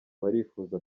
barifuza